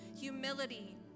humility